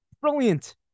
brilliant